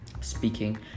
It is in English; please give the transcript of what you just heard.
speaking